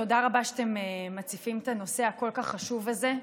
תודה רבה שאתם מציפים את הנושא הכל-כך חשוב הזה,